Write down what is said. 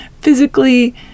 physically